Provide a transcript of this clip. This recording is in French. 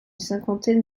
cinquantaine